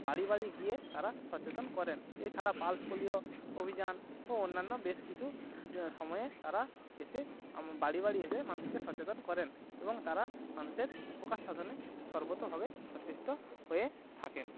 বাড়ি বাড়ি গিয়ে তারা সচেতন করেন এছাড়া পালস পোলিও অভিযান ও অন্যান্য বেশ কিছু সময়ে তারা এসে আমার বাড়ি বাড়ি এসে মানুষকে সচেতন করেন এবং তারা মানুষের উপকার সাধনে সর্বতোভাবে সচেষ্ট হয়ে থাকেন